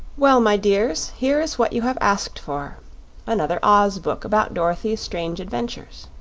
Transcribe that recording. well, my dears, here is what you have asked for another oz book about dorothy's strange adventures.